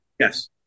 Yes